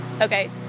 Okay